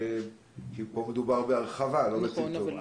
כי פה מדובר בהרחבה ולא בצמצום,